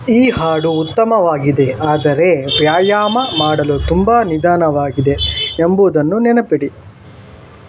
ಈ ಹಾಡು ಉತ್ತಮವಾಗಿದೆ ಆದರೆ ವ್ಯಾಯಾಮ ಮಾಡಲು ತುಂಬ ನಿಧಾನವಾಗಿದೆ ಎಂಬುದನ್ನು ನೆನಪಿಡಿ